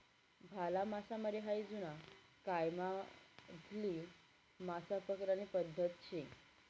भाला मासामारी हायी जुना कायमाधली मासा पकडानी पद्धत शे